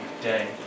day